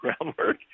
groundwork